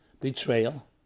betrayal